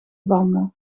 banden